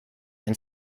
and